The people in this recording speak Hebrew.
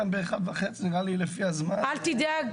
גברתי היושבת-ראש, גם אני שמח על הקמת הוועדה.